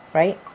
right